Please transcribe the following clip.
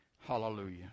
Hallelujah